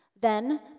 Then